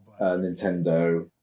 Nintendo